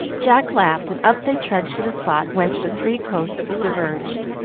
jack laughed, and up they trudged to the spot whence the three coasts diverged.